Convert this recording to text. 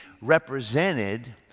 represented